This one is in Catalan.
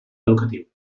educatiu